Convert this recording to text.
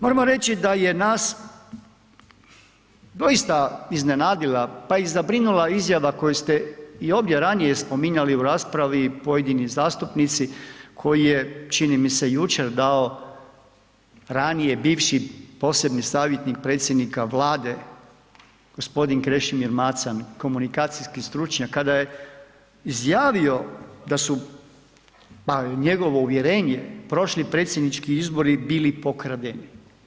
Moramo reći da je nas doista iznenadila, pa i zabrinula izjava koju ste i ovdje ranije spominjali u raspravi, pojedini zastupnici, koji je čini mi se jučer dao ranije bivši posebni savjetnik predsjednika Vlade, gospodin Krešimir Macan, komunikacijski stručnjak kada je izjavio da su, barem njegovo uvjerenje, prošli predsjednički izbori bili pokradeni.